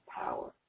power